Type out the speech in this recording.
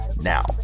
now